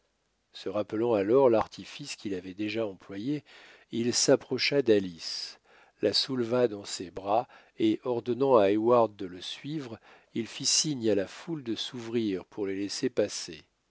se rappelant alors l'artifice qu'il avait déjà employé il s'approcha d'alice la souleva dans ses bras et ordonnant à heyward de le suivre il fit signe à la foule de s'ouvrir pour les laisser passer